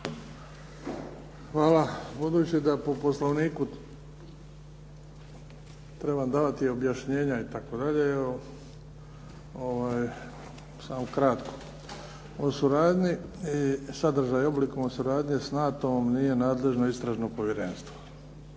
Hvala. Budući da po Poslovniku trebam davati objašnjenja itd., samo kratko. O suradnji i sadržaju, oblikom suradnje sa NATO-om nije nadležno Istražno povjerenstvo.